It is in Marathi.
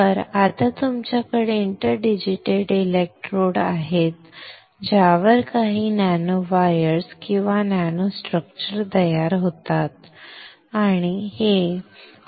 तर आता तुमच्याकडे इंटरडिजिटेटेड इलेक्ट्रोड्स आहेत ज्यावर काही नॅनो वायर्स किंवा नॅनो स्ट्रक्चर्स तयार होतात ठीक आहे